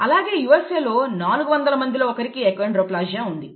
అలాగే USA లో 400 మందిలో ఒకరికి అకోండ్రోప్లాసియా ఉంది